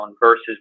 versus